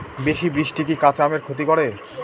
বেশি বৃষ্টি কি কাঁচা আমের ক্ষতি করে?